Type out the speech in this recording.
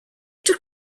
took